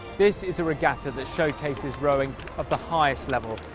this is a regatta that showcases rowing of the highest level,